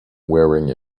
wearing